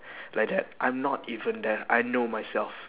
like that I'm not even there I know myself